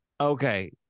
Okay